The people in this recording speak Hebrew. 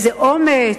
איזה אומץ,